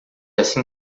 assim